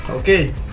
Okay